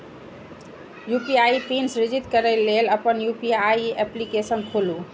UPI pin सृजित करै लेल अपन यू.पी.आई एप्लीकेशन खोलू